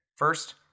First